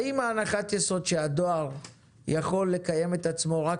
האם הנחת היסוד שהדואר יכול לקיים את עצמו רק